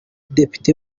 depite